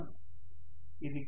ఇది ఖచ్చితంగా 0